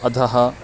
अधः